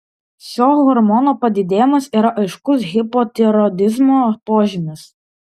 šio hormono padidėjimas yra aiškus hipotiroidizmo požymis